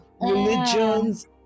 religions